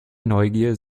neugier